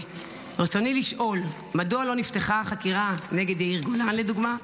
1. מדוע לא נפתחה חקירה נגד יאיר גולן, לדוגמה?